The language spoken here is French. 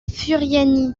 furiani